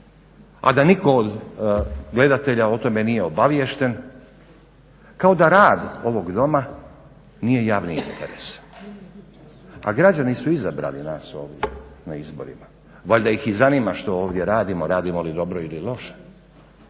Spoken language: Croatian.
a da nitko od gledatelja o tome nije obaviješten kao da rad ovog doma nije javni interes. A građani su izabrali nas ovdje na izborima, valjda ih i zanima što ovdje radimo, radimo li dobro ili loše,